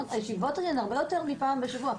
הישיבות האלה הן הרבה יותר מפעם בשבוע.